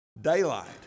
daylight